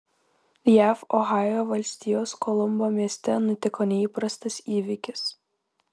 jav ohajo valstijos kolumbo mieste nutiko neįprastas įvykis